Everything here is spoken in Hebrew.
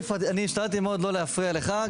אני השתדלתי מאוד לא להפריע לך,